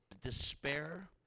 despair